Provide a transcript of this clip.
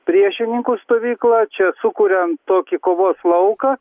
priešininkų stovyklą čia sukuriant tokį kovos lauką